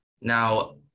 Now